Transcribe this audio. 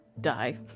die